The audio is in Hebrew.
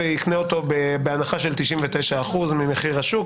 ויקנה אותו בהנחה של 99% ממחיר השוק,